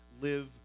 live